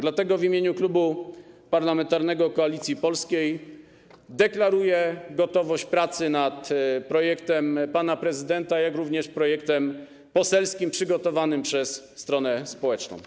Dlatego w imieniu Klubu Parlamentarnego Koalicja Polska deklaruję gotowość pracy nad projektem pana prezydenta, jak również projektem poselskim przygotowanym przez stronę społeczną.